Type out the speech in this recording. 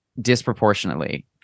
disproportionately